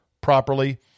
properly